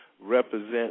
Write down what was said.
represent